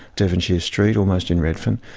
devonshire street, almost in redfern,